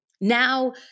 Now